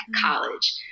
college